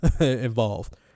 involved